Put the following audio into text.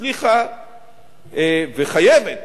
הצליחה וחייבת